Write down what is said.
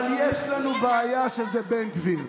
אבל יש לנו בעיה שזה בן גביר.